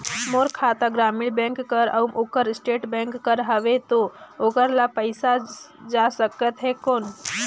मोर खाता ग्रामीण बैंक कर अउ ओकर स्टेट बैंक कर हावेय तो ओकर ला पइसा जा सकत हे कौन?